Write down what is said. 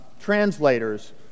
translators